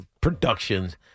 productions